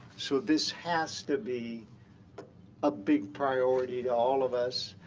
so this has to be a big priority to all of us.